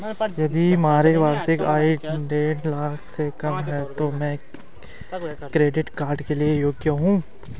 यदि मेरी वार्षिक आय देढ़ लाख से कम है तो क्या मैं क्रेडिट कार्ड के लिए योग्य हूँ?